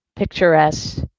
picturesque